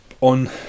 on